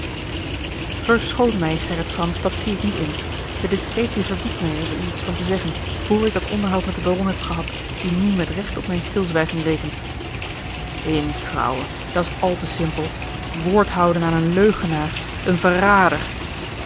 verschoon mij gerrit fransz dat zie ik niet in de discretie verbiedt mij er u iets van te zeggen vr ik dat onderhoud met den baron heb gehad die nu met recht op mijn stilzwijgen rekent in trouwe dat's al te simpel woordhouden aan een leugenaar een verrader